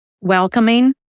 welcoming